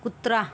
कुत्रा